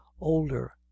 older